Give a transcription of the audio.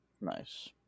Nice